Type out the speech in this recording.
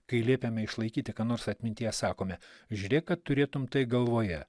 kai liepiame išlaikyti ką nors atmintyje sakome žiūrėk kad turėtum tai galvoje